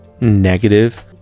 negative